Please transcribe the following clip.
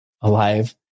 alive